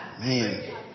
Man